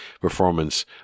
performance